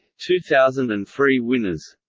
two thousand and three winners